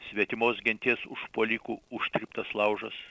svetimos genties užpuolikų užtryptas laužas